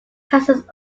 passes